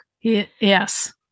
Yes